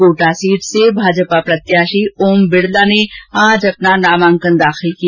Kota seat से भाजपा प्रत्याषी ओम बिडला ने आज अपना नामांकन दाखिल किया